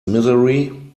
misery